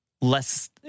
less